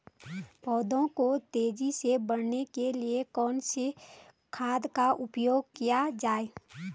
पौधों को तेजी से बढ़ाने के लिए कौन से खाद का उपयोग किया जाए?